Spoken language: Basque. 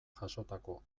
jasotako